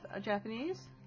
Japanese